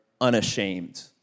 unashamed